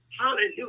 Hallelujah